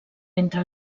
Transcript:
entra